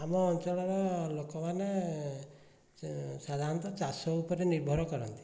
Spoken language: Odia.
ଆମ ଅଞ୍ଚଳର ଲୋକମାନେ ସାଧାରଣତଃ ଚାଷ ଉପରେ ନିର୍ଭର କରନ୍ତି